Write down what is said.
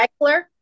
Eckler